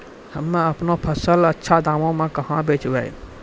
हम्मे आपनौ फसल अच्छा दामों मे कहाँ बेचबै?